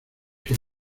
que